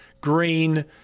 green